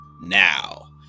now